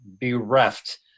bereft